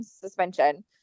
suspension